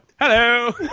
hello